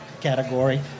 category